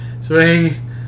swing